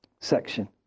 section